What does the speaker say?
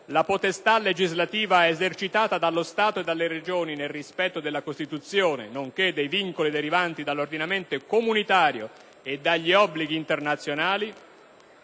"La potestà legislativa è esercitata dallo Stato e dalle Regioni nel rispetto della Costituzione, nonché dei vincoli derivanti dall'ordinamento comunitario e dagli obblighi internazionali";